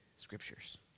scriptures